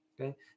Okay